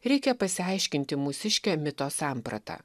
reikia pasiaiškinti mūsiškę mito sampratą